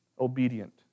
obedient